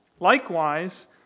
Likewise